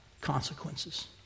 consequences